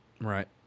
Right